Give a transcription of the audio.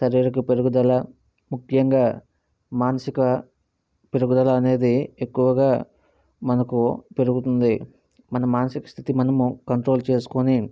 శరీరిక పెరుగుదల ముఖ్యంగా మానసిక పెరుగుదల అనేది ఎక్కువగా మనకు పెరుగుతుంది మన మానసిక స్థితి మనము కంట్రోల్ చేసుకొని